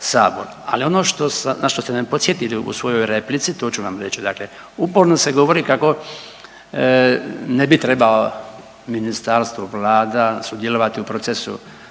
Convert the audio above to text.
što sam, na što ste me podsjetili u svojoj replici, to ću vam reći. Dakle, uporno se govori kako ne bi trebalo ministarstvo, Vlada, sudjelovati u procesu,